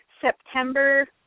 September